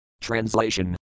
Translation